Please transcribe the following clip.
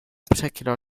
particular